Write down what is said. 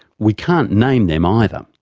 we can't name them either.